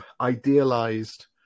idealized